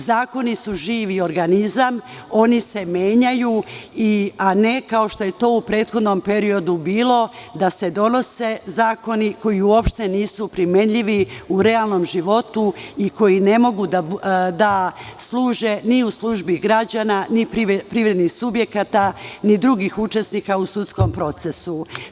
Zakoni su živ organizam, oni se menjaju, a ne kao što je to u prethodnom periodu bilo da se donose zakoni koji uopšte nisu primenjivi u realnom životu i koji ne mogu da služe ni u službi građana, ni privrednih subjekata, ni drugih učesnika u sudskom procesu.